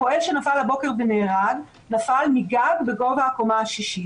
הפועל שנפל הבוקר ונהרג נפל מגג בגובה הקומה השישית.